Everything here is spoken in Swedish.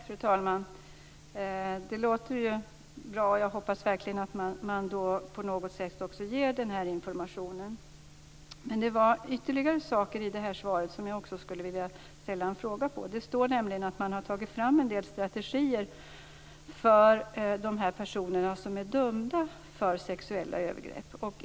Fru talman! Det låter bra. Jag hoppas verkligen att man på något sätt ger denna information. Det var ytterligare saker i detta svar som jag skulle vilja fråga om. Det står nämligen att man har tagit fram en del strategier för de personer som är dömda för sexuella övergrepp.